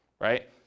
right